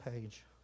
page